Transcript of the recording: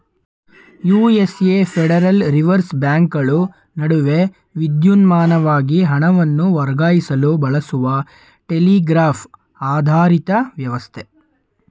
USA Federal Reserve ಬ್ಯಾಂಕ್ಗಳು ನಡುವೆ ವಿದ್ಯುನ್ಮಾನವಾಗಿ ಹಣವನ್ನು ವರ್ಗಾಯಿಸಲು ಬಳಸುವ ಟೆಲಿಗ್ರಾಫ್ ಆಧಾರಿತ ವ್ಯವಸ್ಥೆ